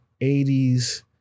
80s